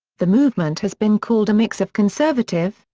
the movement has been called a mix of conservative,